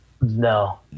No